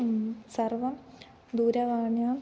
सर्वं दूरवाण्यां